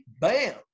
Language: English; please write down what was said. bam